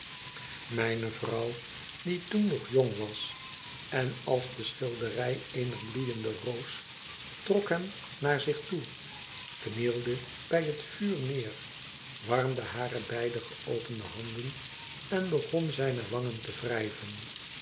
mijne vrouw die toen nog jong was en als de schilderij eener bloeiende rckds trok hem naar zich toe knielde bij het vuur neer warmde hare beide geopende handen en begon zijne wangen te wrijven